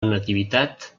nativitat